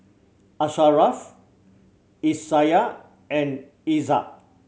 Asharaff Aisyah and Izzat